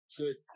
good